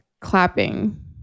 clapping